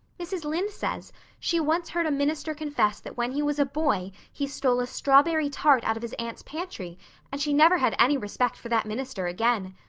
mrs. lynde says she once heard a minister confess that when he was a boy he stole a strawberry tart out of his aunt's pantry and she never had any respect for that minister again.